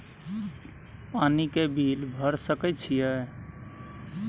पानी के बिल भर सके छियै?